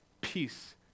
peace